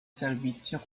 servizio